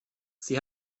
sie